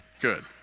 good